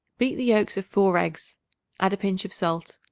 beat the yolks of four eggs add a pinch of salt,